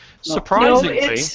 Surprisingly